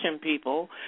people